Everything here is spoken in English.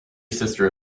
sister